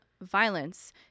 violence